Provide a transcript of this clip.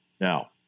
now